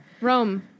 Rome